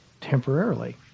temporarily